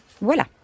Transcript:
Voilà